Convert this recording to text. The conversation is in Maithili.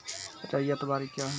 रैयत बाड़ी क्या हैं?